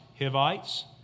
Hivites